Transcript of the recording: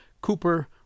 Cooper